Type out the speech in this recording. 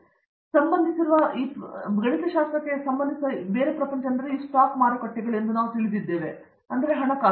ಪ್ರತಾಪ್ ಹರಿಡೋಸ್ ಆದರೆ ನಾನು ನಿಮ್ಮೊಂದಿಗೆ ಸಂಬಂಧಿಸಿರುವ ಪ್ರಪಂಚವು ಈ ಸ್ಟಾಕ್ ಮಾರುಕಟ್ಟೆಗಳು ಮತ್ತು ಆ ರೀತಿಯ ವಿಷಯಗಳನ್ನು ತಿಳಿದಿದೆ ಎಂದು ನಾವು ಹೇಳುವೆವು